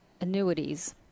annuities